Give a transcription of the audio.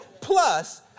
plus